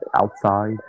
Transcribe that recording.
outside